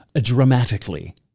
dramatically